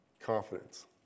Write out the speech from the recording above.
Confidence